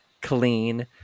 clean